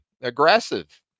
aggressive